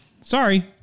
sorry